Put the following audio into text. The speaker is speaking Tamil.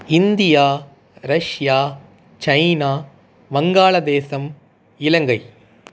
இந்தியா ரஷ்யா சைனா வங்காளதேசம் இலங்கை